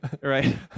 Right